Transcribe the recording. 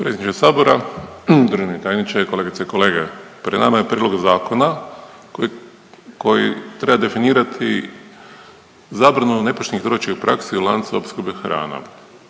Predsjedniče Sabora, državni tajniče, kolegice i kolege. Pred nama je prijedlog zakona kojim treba definirati zabranu nepoštene trgovačke prakse u lancu opskrbe hranom.